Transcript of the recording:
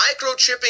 microchipping